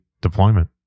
deployment